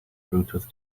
bluetooth